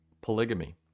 polygamy